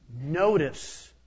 Notice